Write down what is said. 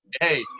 Hey